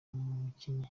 mukinnyi